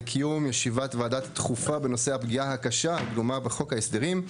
לקיום ישיבת ועדה דחופה בנושא הפגיעה הקשה הגלומה בחוק ההסדרים,